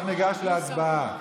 אנחנו ניגש להצבעה.